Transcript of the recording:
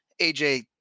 AJ